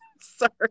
Sorry